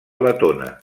letona